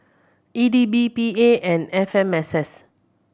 E D B P A and F M S S